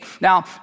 Now